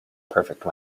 perfect